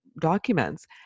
documents